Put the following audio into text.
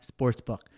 sportsbook